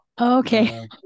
Okay